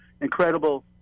incredible